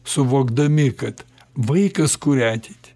suvokdami kad vaikas kuria ateitį